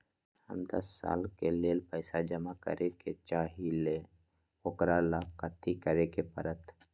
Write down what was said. हम दस साल के लेल पैसा जमा करे के चाहईले, ओकरा ला कथि करे के परत?